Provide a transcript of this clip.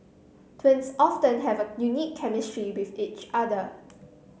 twins often have a unique chemistry with each other